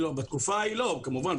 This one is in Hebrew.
לא, בתקופה ההיא לא, כמובן.